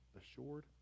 assured